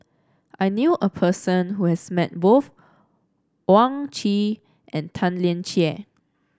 I knew a person who has met both Owyang Chi and Tan Lian Chye